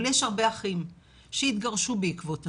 אבל יש הרבה אחים שהתגרשו בעקבות השכול,